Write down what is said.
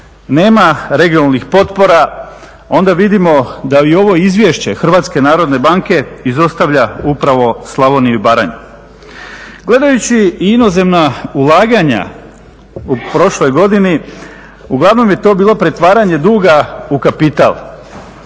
nema regionalnih potpora onda vidimo da i ovo Izvješće Hrvatske narodne banke izostavlja upravo Slavoniju i Baranju. Gledajući i inozemna ulaganja u prošloj godini uglavnom je to bilo pretvaranje duga u kapital.